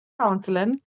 counseling